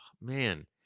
man